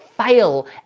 Fail